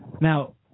now